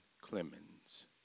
Clemens